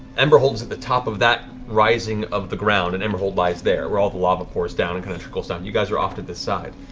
emberhold is at the top of that rising of the ground, and emberhold lies there, where all the lava pours down and and trickles down. you guys are off to the side.